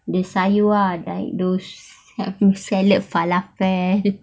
the sayur ah like those salad falafel